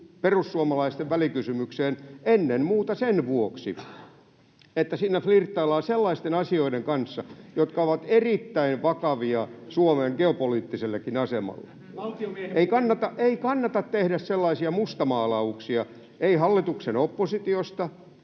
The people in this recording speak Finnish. perussuomalaisten välikysymykseen ennen muuta sen vuoksi, että siinä flirttaillaan sellaisten asioiden kanssa, jotka ovat erittäin vakavia Suomen geopoliittisellekin asemalle. [Antti Kurvinen: Valtiomiehen puhetta!] Ei kannata tehdä sellaisia mustamaalauksia, ei hallituksen oppositiosta